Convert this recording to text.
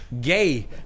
gay